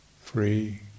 free